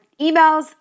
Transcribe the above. emails